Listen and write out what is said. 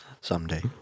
someday